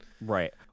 right